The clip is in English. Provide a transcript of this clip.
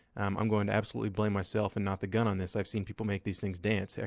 um i'm going to absolutely blame myself and not the gun on this. i've seen people make these things dance. yeah